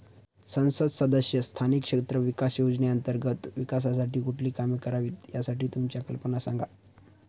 संसद सदस्य स्थानिक क्षेत्र विकास योजने अंतर्गत विकासासाठी कुठली कामे करावीत, यासाठी तुमच्या कल्पना सांगा